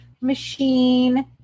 machine